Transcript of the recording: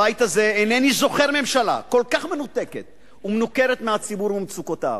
בבית הזה אינני זוכר ממשלה כל כך מנותקת ומנוכרת מהציבור וממצוקותיו.